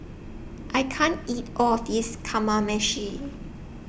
I can't eat All of This Kamameshi